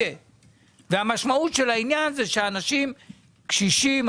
המשמעות של העניין היא שלאנשים קשישים,